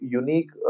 unique